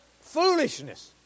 Foolishness